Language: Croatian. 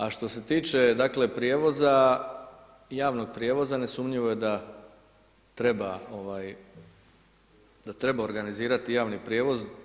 A što se tiče dakle, prijevoza, javnog prijevoza, nesumnjivo je da treba organizirati javni prijevoz.